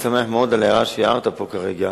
אני באמת שמח מאוד על ההערה שהערת פה כרגע.